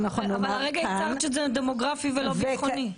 אבל הרגע הצהרת שזה דמוגרפי ולא ביטחוני.